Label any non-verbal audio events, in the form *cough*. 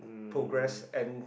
um *breath*